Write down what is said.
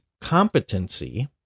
competency